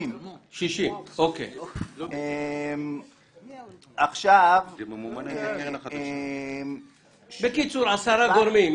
60. בקיצור, 10 גורמים.